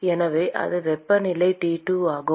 எனவே அது வெப்பநிலை T2 ஆகும்